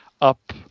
Up